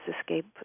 escape